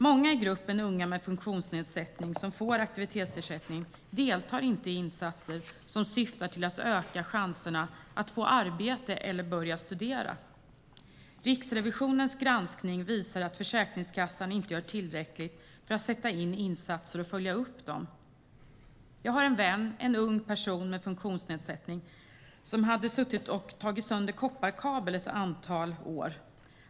Många i gruppen unga med funktionsnedsättning som får aktivitetsersättning deltar inte i insatser som syftar till att öka chanserna att få arbete eller börja studera. Riksrevisionens granskning visar att Försäkringskassan inte gör tillräckligt för att sätta in insatser och följa upp dem. Jag har en vän - en ung person med funktionsnedsättning - som hade suttit och tagit sönder kopparkablar under ett antal år.